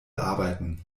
arbeiten